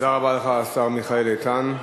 תודה רבה לך, השר מיכאל איתן.